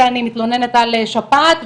כשאני מתלוננת על שפעת,